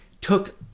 took